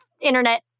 internet